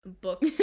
book